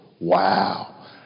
Wow